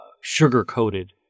sugar-coated